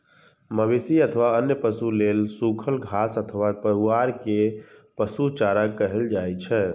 मवेशी अथवा अन्य पशु लेल सूखल घास अथवा पुआर कें पशु चारा कहल जाइ छै